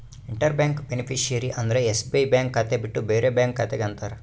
inter bank beneficiary ಅಂದ್ರ SBI bank ಖಾತೆ ಬಿಟ್ಟು ಬೇರೆ ಬ್ಯಾಂಕ್ ಖಾತೆ ಗೆ ಅಂತಾರ